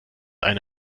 eine